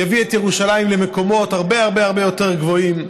יביא את ירושלים למקומות הרבה הרבה הרבה יותר גבוהים.